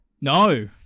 No